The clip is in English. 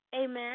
amen